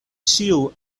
ĉiu